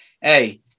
Hey